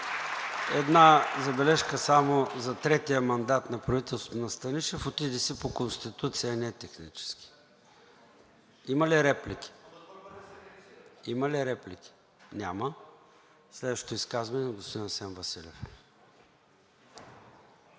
Една забележка за третия мандат на правителството на Станишев – отиде си по Конституция, а не технически. Има ли реплики? Няма. Следващото изказване е на господин Асен Василев.